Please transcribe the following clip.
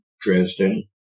Dresden